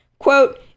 Quote